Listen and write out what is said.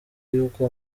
yuko